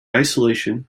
isolation